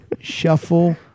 Shuffle